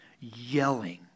yelling